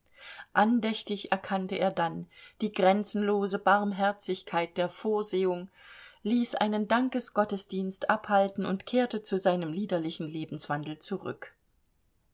andächtig erkannte er dann die grenzenlose barmherzigkeit der vorsehung ließ einen dankgottesdienst abhalten und kehrte zu seinem liederlichen lebenswandel zurück